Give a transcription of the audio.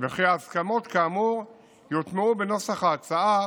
וכי ההסכמות כאמור יוטמעו בנוסח ההצעה